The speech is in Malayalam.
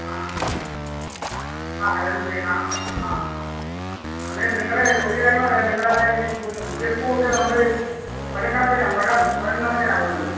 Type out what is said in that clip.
ആ ആ ജമന്തി ആ ആ അത് നിങ്ങൾ ഒരു കാര്യം പറയാം നിങ്ങളത് ഇപ്പോൾ മുല്ലപ്പൂവൊക്കെ നമ്മൾ മുഴം കണക്കിനാ മുഴം മുഴം കണക്കിനാ കൊടുക്കുന്നത്